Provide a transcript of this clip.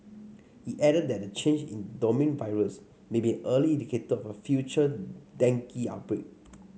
it added that the change in the dominant virus may be an early indicator of a future dengue outbreak